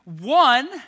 one